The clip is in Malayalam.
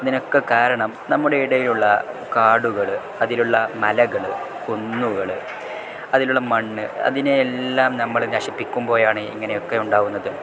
അതിനൊക്കെ കാരണം നമ്മുടെ ഇടയിലുള്ള കാടുകൾ അതിലുള്ള മലകൾ കുന്നുകൾ അതിലുള്ള മണ്ണ് അതിനെയെല്ലാം നമ്മൾ നശിപ്പിക്കുമ്പോഴാണ് ഇങ്ങനെയൊക്കെ ഉണ്ടാവുന്നതും